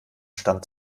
stand